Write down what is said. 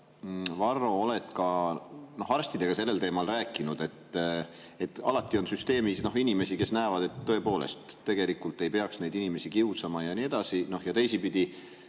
Varro, oled ka arstidega sellel teemal rääkinud? Alati on süsteemis inimesi, kes näevad, et tõepoolest, tegelikult ei peaks neid inimesi kiusama ja nii edasi. Ja teisipidi,